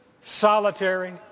solitary